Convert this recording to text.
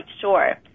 sure